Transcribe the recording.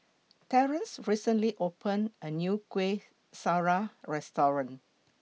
Terance recently opened A New Kuih Syara Restaurant